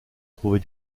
trouver